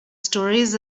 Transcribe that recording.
stories